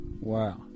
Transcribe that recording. Wow